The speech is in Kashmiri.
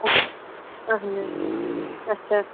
اہن حظ آچھا